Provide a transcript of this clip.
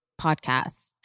podcasts